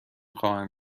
خواهم